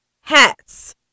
hats